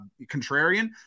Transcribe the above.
contrarian